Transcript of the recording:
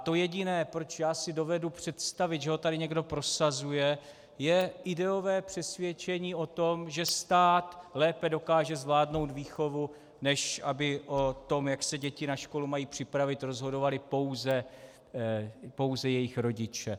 To jediné, proč já si dovedu představit, že ho tady někdo prosazuje, je ideové přesvědčení o tom, že stát lépe dokáže zvládnout výchovu, než aby o tom, jak se děti na školu mají připravit, rozhodovali pouze jejich rodiče.